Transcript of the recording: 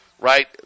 right